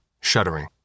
shuddering